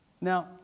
Now